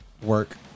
work